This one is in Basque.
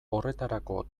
horretarako